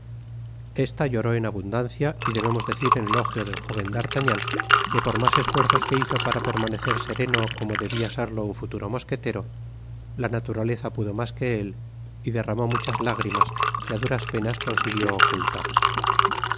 esta lloró en abundancia y debemos decir en elogio del jóven d'artagnan que por mas esfuerzos que hizo para permanecer sereno como debia serlo uiv futuro mosquetero la naturaleza pudo mas que él y demimó muchas lágrimas que á duras penas consiguió ocultar